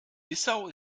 bissau